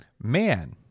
man